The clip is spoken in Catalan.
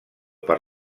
per